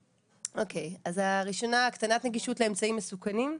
אוקי, אז הראשונה, הקטנת נגישות לאמצעים מסוכנים,